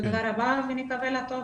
תודה רבה ונקווה לטוב.